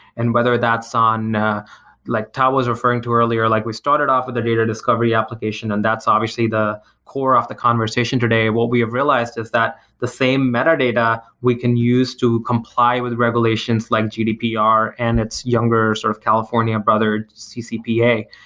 and whether that's on like tao was referring to earlier, like we started off with a data discovery application, and that's obviously the core of the conversation today. what we have realized is that the same metadata we can use to comply with regulations with like gdpr and its younger, sort of california brother, ccpa.